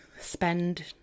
spend